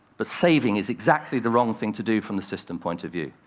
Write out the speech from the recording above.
but saving is exactly the wrong thing to do from the system point of view.